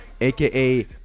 AKA